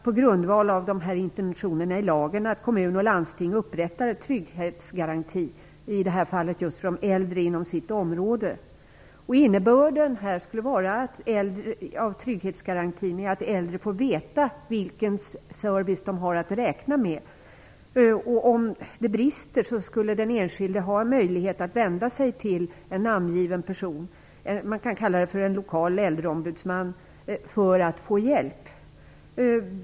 På grundval av intentionerna i lagen skulle kommun och landsting upprätta en trygghetsgaranti, i detta fall just för de äldre, inom sitt område. Innebörden av trygghetsgarantin är att äldre får veta vilken service de har att räkna med. Om det brister skulle den enskilde ha en möjlighet att vända sig till en namngiven person - man kan kalla det för en lokal äldreombudsman - för att få hjälp.